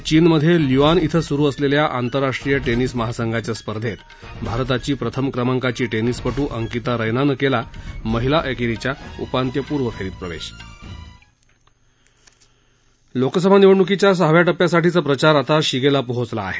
चीनमधे ल्य्आन इथं स्रु असलेल्या आतंरराष्ट्रीय टेनिस महासंघाच्या स्पर्धेत भारताची प्रथम क्रमांकाची टेनिसपटू अंकिता रैनानं केला महिला एकेरीच्या उपांत्यपूर्व फेरीत प्रवेश लोकसभा निवडण्कीच्या सहाव्या टप्प्यासाठीचा प्रचार आता शिगेला पोहोचला आहे